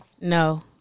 No